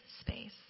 space